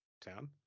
town